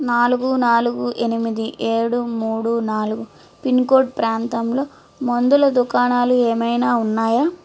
నాలుగు నాలుగు ఎనిమిది ఏడు మూడు నాలుగు పిన్కోడ్ ప్రాంతంలో మందుల దుకాణాలు ఏమైనా ఉన్నాయా